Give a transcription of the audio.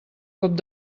cop